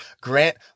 Grant